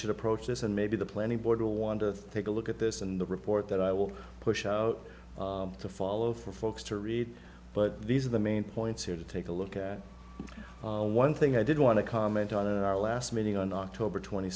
should approach this and maybe the planning board will want to take a look at this and the report that i will push out to follow for folks to read but these are the main points here to take a look at one thing i did want to comment on in our last meeting on october twenty